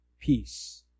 peace